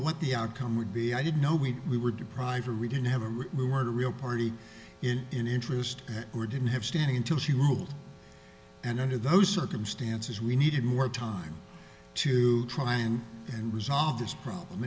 what the outcome would be i did know we we were deprived or we didn't have a written we weren't a real party in interest or didn't have standing until she moved and under those circumstances we needed more time to try and and resolve this problem